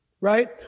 right